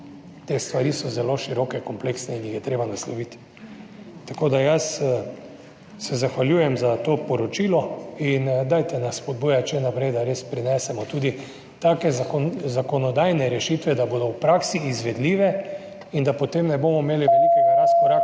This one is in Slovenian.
Te stvari so zelo široke, kompleksne in jih je treba nasloviti. Tako da jaz se zahvaljujem za to poročilo in dajte nas spodbujati še naprej, da res prinesemo tudi take zakonodajne rešitve, da bodo v praksi izvedljive in da potem ne bomo imeli velikega razkoraka